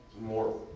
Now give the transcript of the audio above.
more